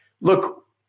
look